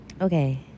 Okay